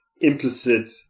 implicit